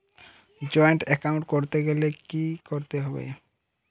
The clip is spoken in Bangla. জয়েন্ট এ্যাকাউন্ট করতে গেলে কি করতে হবে?